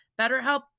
BetterHelp